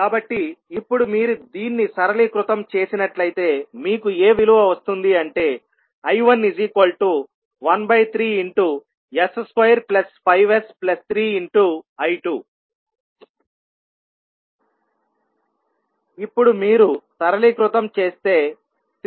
కాబట్టి ఇప్పుడు మీరు దీన్ని సరళీకృతం చేసినట్లయితే మీకు ఏ విలువ వస్తుంది అంటే I113s25s3I2 ఇప్పుడు మీరు సరళీకృతం చేస్తే